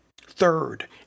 Third